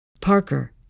Parker